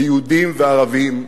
ליהודים וערבים,